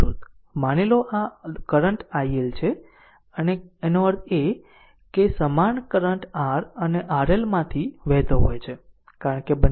માની લો આ કરંટ iL છે એનો અર્થ એ કે સમાન કરંટ r અને RL માંથી વહેતો હોય છે કારણ કે બંને શ્રેણીમાં છે